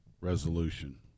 resolution